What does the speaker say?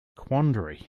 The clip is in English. quandary